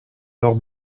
leurs